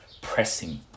pressing